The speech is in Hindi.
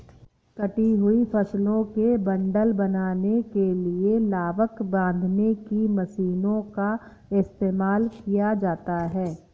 कटी हुई फसलों के बंडल बनाने के लिए लावक बांधने की मशीनों का इस्तेमाल किया जाता है